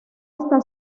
está